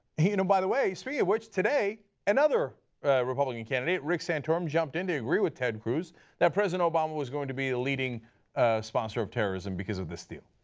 and by the way, speaking of which, today, another republican candidate, rick santorum, jumped in to agree with ted cruz that president obama was going to be a leading sponsor of terrorism because of this thing.